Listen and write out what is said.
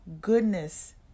goodness